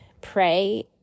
pray